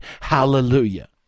Hallelujah